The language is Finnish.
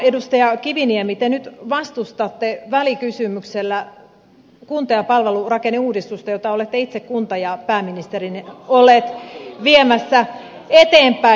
edustaja kiviniemi te nyt vastustatte välikysymyksellä kunta ja palvelurakenneuudistusta jota olette itse kunta ja pääministerinä ollut viemässä eteenpäin